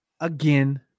again